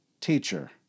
teacher